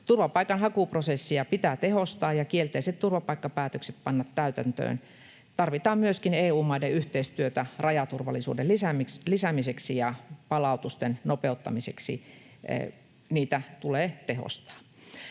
Turvapaikanhakuprosessia pitää tehostaa ja kielteiset turvapaikkapäätökset panna täytäntöön. Tarvitaan myöskin EU-maiden yhteistyötä rajaturvallisuuden lisäämiseksi ja palautusten nopeuttamiseksi. Niitä tulee tehostaa.